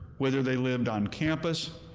whether they lived on campus,